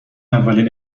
اولین